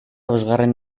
bosgarren